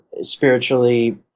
spiritually